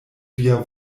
via